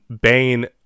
Bane